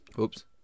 Oops